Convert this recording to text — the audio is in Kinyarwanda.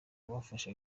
bafashe